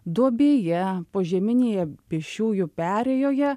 duobėje požeminėje pėsčiųjų perėjoje